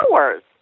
hours